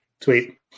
Sweet